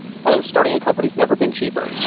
oh! starting a company is never been cheaper.